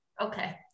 Okay